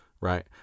right